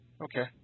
Okay